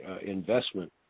investment